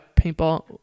paintball